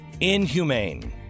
inhumane